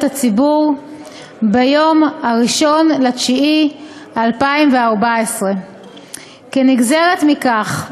הציבור ביום 1 בספטמבר 2014. כנגזרת מכך,